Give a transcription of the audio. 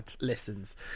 listens